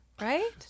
right